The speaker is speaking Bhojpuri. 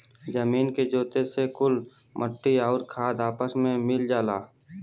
जमीन के जोते से कुल मट्टी आउर खाद आपस मे मिल जाला